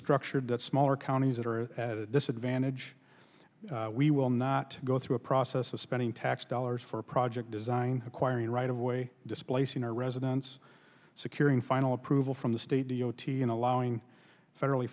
structured that smaller counties that are at a disadvantage we will not go through a process of spending tax dollars for a project design acquiring right of way displacing our residents securing final approval from the state d o t and allowing federally